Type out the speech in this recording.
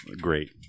Great